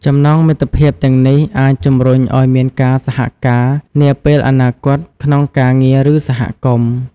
ចំណងមិត្តភាពទាំងនេះអាចជំរុញឲ្យមានការសហការនាពេលអនាគតក្នុងការងារ ឬសហគមន៍។